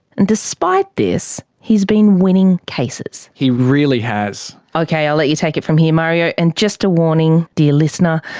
and despite this. he's been winning cases. he really has. okay, i'll let you take it from here mario. and just a warning dear listener,